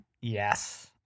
yes